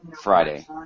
Friday